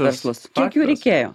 verslus tokių reikėjo